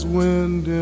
wind